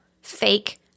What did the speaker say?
fake